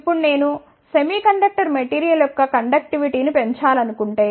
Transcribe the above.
ఇప్పుడు నేను semiconductor material యొక్క కండక్టివ్ టీను పెంచాలనుకుంటే